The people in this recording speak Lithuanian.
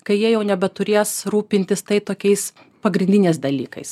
kai jie jau nebeturės rūpintis tai tokiais pagrindiniais dalykais